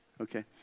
Okay